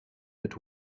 but